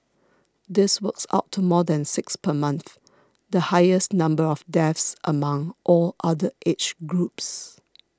this works out to more than six per month the highest number of deaths among all other age groups